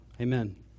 Amen